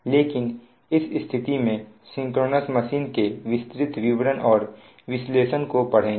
लेकिन इस स्थिति में सिंक्रोनस मशीन के विस्तृत विवरण और विश्लेषण को पढ़ेंगे